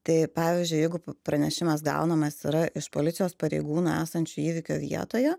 tai pavyzdžiui jeigu pranešimas gaunamas yra iš policijos pareigūnų esančių įvykio vietoje